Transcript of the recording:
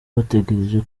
bategereje